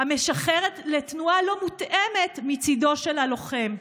המשחרת לתנועה לא מותאמת מצידו של הלוחם.